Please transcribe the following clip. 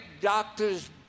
doctors